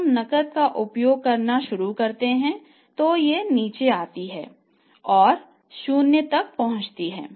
जब हम नकद का उपयोग करना शुरू करते हैं तो यह नीचे आती है और 0 तक पहुंचती है